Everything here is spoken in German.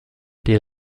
die